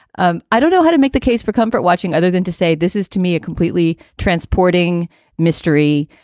um i don't know how to make the case for comfort watching other than to say this is to me a completely transporting mystery.